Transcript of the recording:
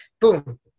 Boom